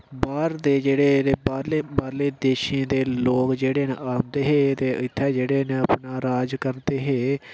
बाह्र दे जेह्ड़े बाह्रले बाह्रलें देशें दे लोक जेह्ड़े न औंदे हे ते इत्थै जेह्ड़े नअपना राज करदे हे